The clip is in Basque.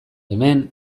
hemen